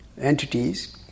entities